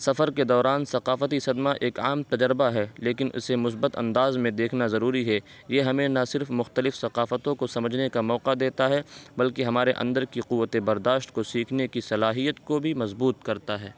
سفر کے دوران ثقافتی صدمہ ایک عام تجربہ ہے لیکن اسے مثبت انداز میں دیکھنا ضروری ہے یہ ہمیں نہ صرف مختلف ثقافتوں کو سمجھنے کا موقع دیتا ہے بلکہ ہمارے اندر کی قوت برداشت کو سیکھنے کی صلاحیت کو بھی مضبوط کرتا ہے